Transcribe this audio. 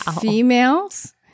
Females